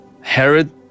Herod